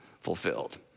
fulfilled